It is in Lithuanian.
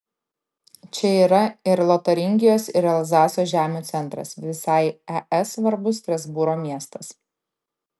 čia yra ir lotaringijos ir elzaso žemių centras visai es svarbus strasbūro miestas